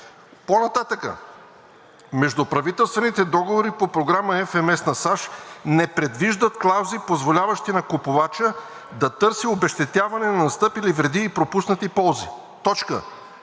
По-нататък: „Междуправителствените договори по Програма FMS на САЩ не предвиждат клаузи, позволяващи на купувача да търси обезщетяване на настъпили вреди и пропуснати ползи.“